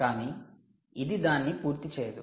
కానీ ఇది దాన్ని పూర్తి చెయ్యదు